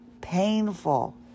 painful